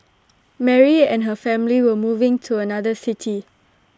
Mary and her family were moving to another city